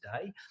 today